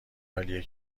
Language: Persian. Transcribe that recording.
عالیه